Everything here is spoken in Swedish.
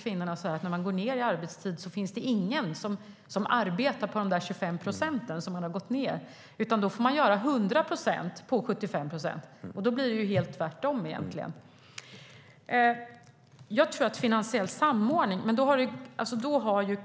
Kvinnorna beskriver också att när de går ned i arbetstid finns det ingen som arbetar på de 25 procent som de gått ned, utan då får man göra 100 procent på 75 procent av tiden. Resultatet blir helt omvänt. Jag vill också ta upp Finsam.